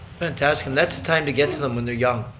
fantastic and that's the time to get to them, when they're young,